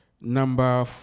Number